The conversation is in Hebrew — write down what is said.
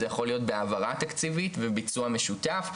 זה יכול להיות בהעברה תקציבית וביצוע משותף,